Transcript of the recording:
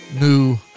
new